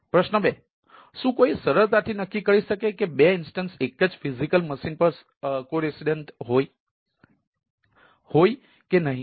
પ્રશ્ન બે શું કોઈ સરળતાથી નક્કી કરી શકે છે કે બે ઇન્સ્ટન્સ એક જ ફિઝિકલ મશીન પર સહ નિવાસી છે કે નહીં